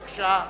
בבקשה.